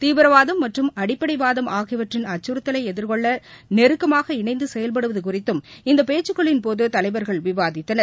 தீவிரவாதம் மற்றும் அடிப்படைவாதம் ஆகியவற்றின் அச்சறுத்தலை எதிர்கொள்ள நெருக்கமாக இணைந்து செயல்படுவது குறித்தும் இந்த பேச்சுகளின் போது தலைவர்கள் விவாதித்தனர்